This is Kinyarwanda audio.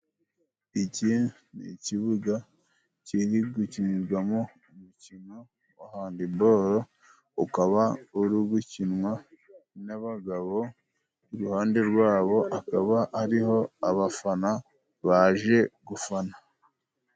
Iki ni ikibuga kiri gukinirwamo umukino wa handiboro. Ukaba uri gukinwa n'abagabo, iruhande rwabo hakaba hariho abafana baje gufana.